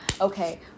okay